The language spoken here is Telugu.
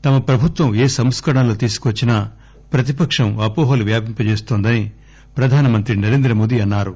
తమ ప్రభుత్వం ఏ సంస్కరణలు తీసుకువచ్చినా ప్రతిపక్షం అవోహలు వ్యాపింపచేస్తోందని ప్రధానమంత్రి నరేంద్ర మోదీ అన్నారు